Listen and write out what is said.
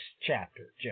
chapter